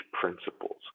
principles